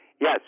Yes